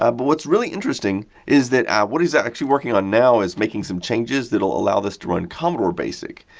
ah but what's really interesting is that what he's actually working on now is making some changes that will allow this to run commodore basic.